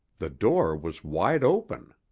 the door was wide open.